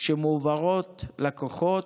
שמעוברות לכוחות,